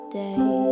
day